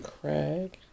Craig